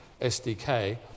SDK